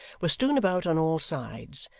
were strewn about on all sides,